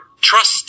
trust